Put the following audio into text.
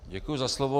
Děkuji za slovo.